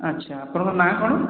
ଆଚ୍ଛା ଆପଣଙ୍କ ନାଁ କ'ଣ